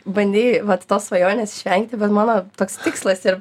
bandei vat tos svajonės išvengti bet mano toks tikslas ir